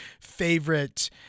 favorite-